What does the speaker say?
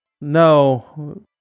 no